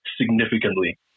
significantly